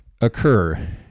occur